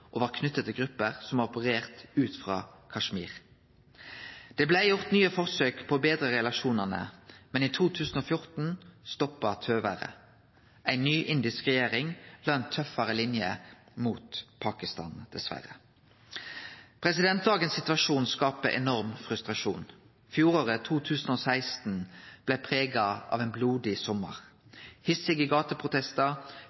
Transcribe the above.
og var knytt til grupper som har operert ut frå Kashmir. Det blei gjort nye forsøk på å betre relasjonane, men i 2014 stoppa tøvêret. Ei ny indisk regjering la ei tøffare linje mot Pakistan, dessverre. Dagens situasjon skaper enorm frustrasjon. Fjoråret – 2016 – blei prega av ein blodig